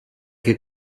che